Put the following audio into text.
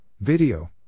video